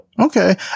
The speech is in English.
Okay